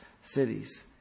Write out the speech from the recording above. cities